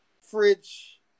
fridge